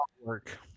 work